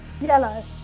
Yellow